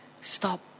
Stop